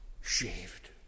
shaved